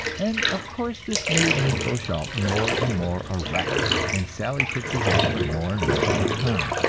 and of course this made miss beauchamp more and more a wreck, and sally took possession of more and more of her time.